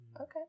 Okay